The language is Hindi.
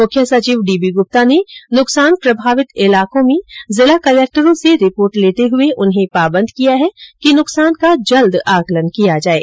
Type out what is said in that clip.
मुख्य सचिव डी बी गुप्ता ने नुकसान प्रभावित इलाकों में जिला कलेक्टरों से रिपोर्ट लेते हुए उन्हें पाबंद किया है कि नुकसान का जल्द आंकलन किया जाये